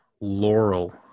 Laurel